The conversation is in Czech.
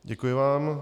Děkuji vám.